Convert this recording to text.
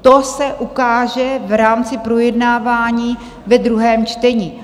To se ukáže v rámci projednávání ve druhém čtení.